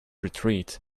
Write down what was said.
retreat